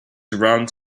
around